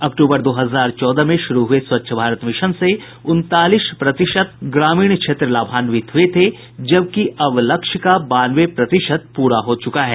अक्टूबर दो हजार चौदह में शुरू हुए स्वच्छ भारत मिशन से उनतालीस प्रतिशत ग्रामीण क्षेत्र लाभान्वित हुए थे जबकि अब लक्ष्य का बानवे प्रतिशत पूरा हो चुका है